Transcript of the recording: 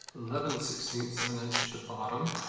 eleven sixteen of an inch at the bottom.